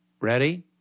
Ready